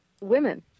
women